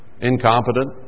Incompetent